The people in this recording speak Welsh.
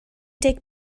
deg